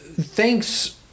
Thanks